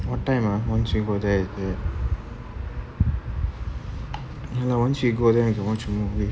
what time ah once we go there then no once we go there we can watch movie